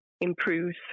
improves